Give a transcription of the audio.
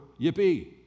Yippee